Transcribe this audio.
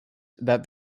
that